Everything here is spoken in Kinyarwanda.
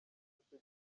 nicyo